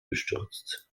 gestürzt